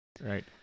Right